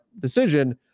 decision